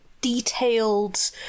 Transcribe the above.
detailed